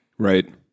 Right